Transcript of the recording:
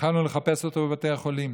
התחלנו לחפש אותו בבתי החולים,